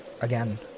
again